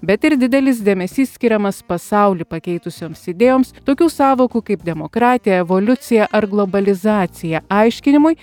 bet ir didelis dėmesys skiriamas pasaulį pakeitusioms idėjoms tokių sąvokų kaip demokratija evoliucija ar globalizacija aiškinimui